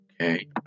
Okay